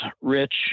rich